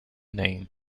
name